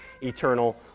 eternal